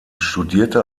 studierte